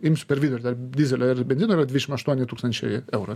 imsiu per vidurį tarp dyzelio ir benzino yra dvidešim aštuoni tūkstančiai eurų